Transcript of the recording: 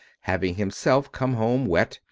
having himself come home wet,